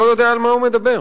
לא יודע על מה הוא מדבר.